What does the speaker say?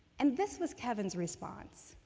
and this was kevin's response.